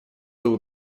было